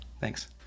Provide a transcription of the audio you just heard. thanks